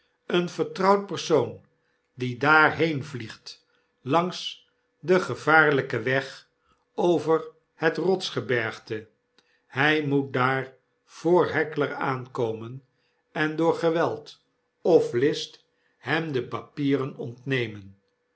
een vertrouwd persoon die daarheen vliegt langs den gevaarlyken weg over het rotsgebergte hy moet daar voor haer aankomen en door geweld of list hem de papieren ontnemen